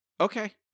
Okay